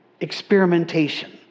experimentation